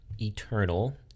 eternal